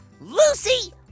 Lucy